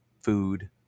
food